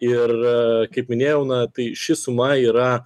ir a kaip minėjau na tai ši suma yra